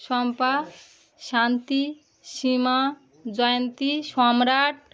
Shampa Shanti Seema Jayanti Samrat